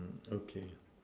okay